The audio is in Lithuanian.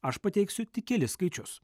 aš pateiksiu tik kelis skaičius